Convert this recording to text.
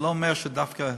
זה לא אומר שדווקא חשבתי: